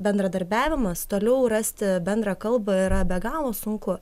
bendradarbiavimas toliau rasti bendrą kalbą yra be galo sunku